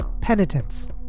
penitence